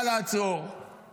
לעצור, הוא יכול לעצור.